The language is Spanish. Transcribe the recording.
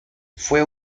fue